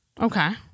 Okay